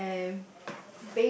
and